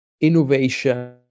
innovation